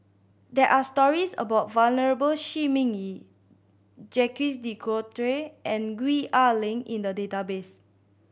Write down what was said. there are stories about Venerable Shi Ming Yi Jacques De Coutre and Gwee Ah Leng in the database